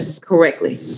correctly